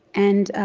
and